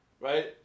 right